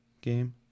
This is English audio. game